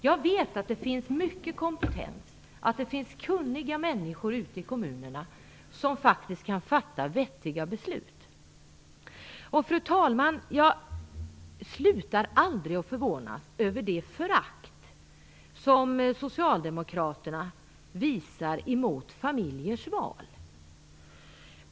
Jag vet att det ute i kommunerna finns mycket kompetens, att det finns kunniga människor som faktiskt kan fatta vettiga beslut. Jag slutar aldrig att förvånas över det förakt som socialdemokraterna visar emot familjers val.